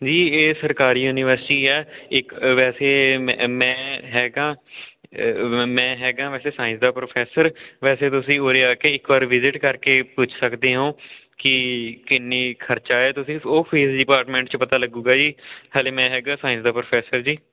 ਜੀ ਇਹ ਸਰਕਾਰੀ ਯੂਨੀਵਰਸਿਟੀ ਹੈ ਇੱਕ ਵੈਸੇ ਮੈਂ ਮੈਂ ਹੈਗਾ ਮੈਂ ਹੈਗਾ ਵੈਸੇ ਸਾਇੰਸ ਦਾ ਪ੍ਰੋਫੈਸਰ ਵੈਸੇ ਤੁਸੀਂ ਉਰੇ ਆ ਕੇ ਇੱਕ ਵਾਰ ਵਿਜਿਟ ਕਰਕੇ ਪੁੱਛ ਸਕਦੇ ਓਂ ਕਿ ਕਿੰਨੀ ਖਰਚਾ ਹੈ ਤੁਸੀਂ ਉਹ ਫੀਸ ਡਿਪਾਰਟਮੈਂਟ 'ਚ ਪਤਾ ਲੱਗੇਗਾ ਜੀ ਹਾਲੇ ਮੈਂ ਹੈਗਾ ਸਾਇੰਸ ਦਾ ਪ੍ਰੋਫੈਸਰ ਜੀ